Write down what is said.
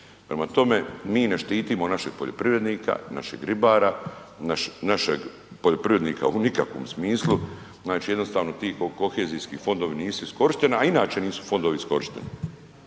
Prema tome, mi ne štitimo našeg poljoprivrednika, našeg ribara, našeg poljoprivrednika u nikakvom smislu. Znači jednostavno ti kohezijski fondovi nisu iskorišteni, a inače nisu fondovi iskorišteni.